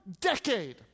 decade